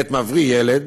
עת מבריא ילד